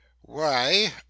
Why